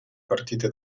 partite